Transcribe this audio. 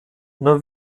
nur